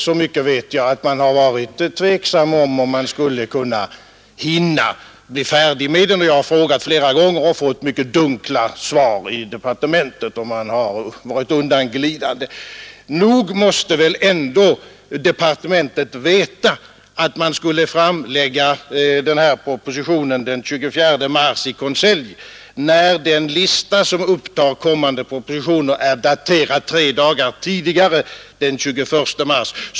Så mycket vet också jag att man har varit tveksam, huruvida den skulle hinna bli färdig. Jag har frågat i departementet flera gånger och fått mycket dunkla och undanglidande svar. Nog måste man väl ändå i departementet ha vetat att man skulle framlägga propositionen i konselj den 24 mars, när den lista som upptar kommande propositioner är daterad tre dagar tidigare, den 21 mars.